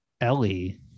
ellie